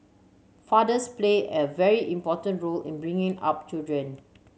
fathers play a very important role in bringing up children